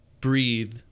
breathe